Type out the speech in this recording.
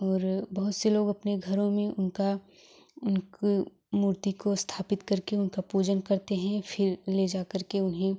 और बहुत से लोग अपने घरों में उनका उनको मूर्ति को स्थापित करके उनका पूजन करते हैं फिर ले जाकर के उन्हें